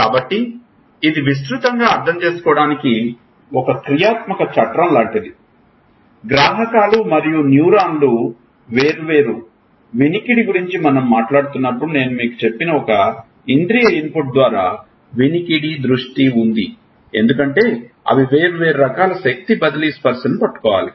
కాబట్టి ఇది విస్తృతం గా అర్థం చేసుకోవడానికి ఒక క్రియాత్మక చట్రం లాంటిది గ్రాహకాలు మరియు న్యూరాన్లు వేర్వేరు వినికిడి గురించి మనం మాట్లాడుతున్నప్పుడు నేను మీకు చెప్పిన ఒక ఇంద్రియ ఇన్పుట్ ద్వారా వినికిడి దృష్టి ఉంది ఎందుకంటే అవి వేర్వేరు రకాల శక్తి బదిలీ స్పర్శను పట్టుకోవాలి